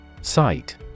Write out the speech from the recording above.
Sight